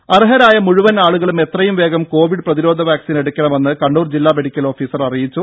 ദേദ അർഹരായ മുഴുവൻ ആളുകളും എത്രയും വേഗം കൊവിഡ് പ്രതിരോധ വാക്സിൻ എടുക്കണമെന്ന് കണ്ണൂർ ജില്ലാ മെഡിക്കൽ ഓഫീസർ അറിയിച്ചു